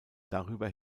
darüber